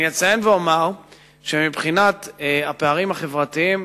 אני אציין ואומר שמבחינת הפערים החברתיים,